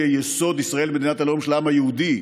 חוק-יסוד: ישראל מדינת הלאום של העם היהודי,